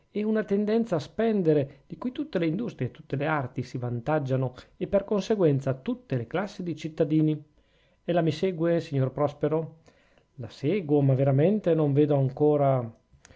e una tendenza a spendere di cui tutte le industrie e tutte le arti si vantaggiano e per conseguenza tutte le classi di cittadini ella mi segue signor prospero la seguo ma veramente non vedo ancora